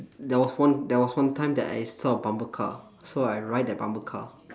there was one there was one time that I saw a bumper car so I ride that bumper car